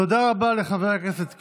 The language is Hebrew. תודה רבה לחבר הכנסת קיש.